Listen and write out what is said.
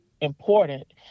important